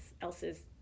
else's